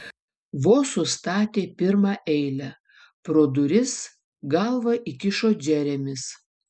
vos sustatė pirmą eilę pro duris galvą įkišo džeremis